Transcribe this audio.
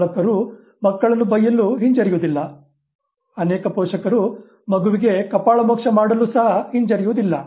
ಪಾಲಕರು ಮಕ್ಕಳನ್ನು ಬೈಯಲು ಹಿಂಜರಿಯುವುದಿಲ್ಲ ಅನೇಕ ಪೋಷಕರು ಮಗುವಿಗೆ ಕಪಾಳಮೋಕ್ಷ ಮಾಡಲು ಸಹ ಹಿಂಜರಿಯುವುದಿಲ್ಲ